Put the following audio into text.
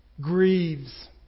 grieves